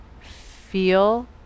feel